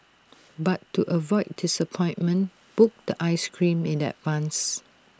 but to avoid disappointment book the Ice Cream in advance